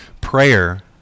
prayer